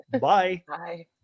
Bye